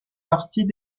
partie